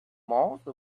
most